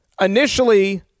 Initially